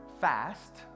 fast